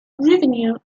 revenue